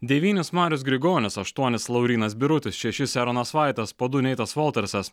devynis marius grigonis aštuonis laurynas birutis šešis eronas vaitas po du neitas voltersas